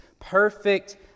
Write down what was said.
perfect